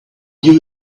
you